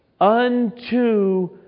unto